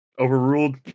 Overruled